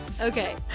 Okay